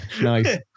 Nice